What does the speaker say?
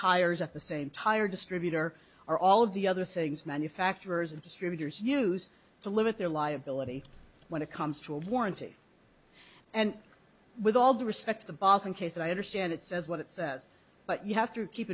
tires at the same tire distributor or all of the other things manufacturers and distributors use to limit their liability when it comes to a warranty and with all due respect the boss in case i understand it says what it says but you have to keep